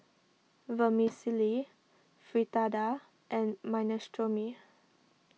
Vermicelli Fritada and Minestrone